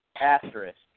Asterisk